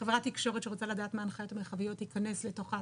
חברת תקשורת שרוצה לדעת מה ההנחיות המרחביות תיכנס לאתר.